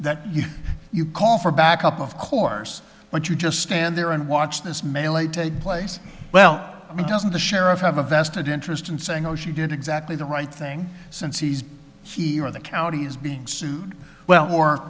that you call for backup of course but you just stand there and watch this melee take place well i mean doesn't the sheriff have a vested interest in saying oh she did exactly the right thing since he's here in the county is being sued well for